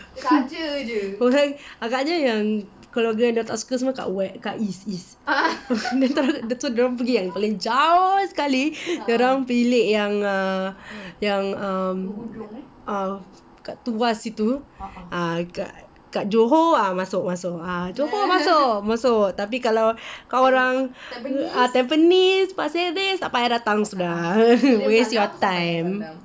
orang agaknya yang keluarga yang dorang tak suka semua kat west kat east east so dorang pilih yang paling jauh sekali dorang pilih yang uh yang uh um uh kat tuas situ kat johor masuk masuk ah johor masuk tapi kalau kau orang uh tampines pasir ris tak payah datang sudah waste your time